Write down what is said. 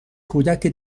کودکی